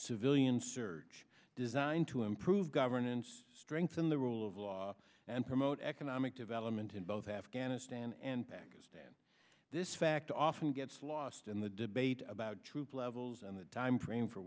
civilian surge designed to improve governance strengthen the rule of law and promote economic development in both afghanistan and pakistan this fact often gets lost in the debate about troop levels and the timeframe for